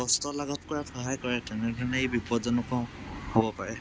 কষ্ট লাঘৱ কৰাত সহায় কৰে তেনেধৰণে ই বিপদজনকো হ'ব পাৰে